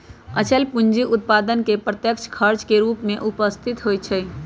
अचल पूंजी उत्पादन में अप्रत्यक्ष खर्च के रूप में उपस्थित होइत हइ